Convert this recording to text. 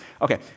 Okay